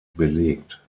belegt